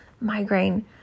migraine